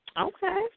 Okay